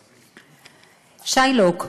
שיילוק,